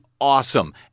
awesome